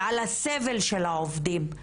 ועל הסבל של העובדים.